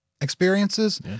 experiences